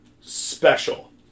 special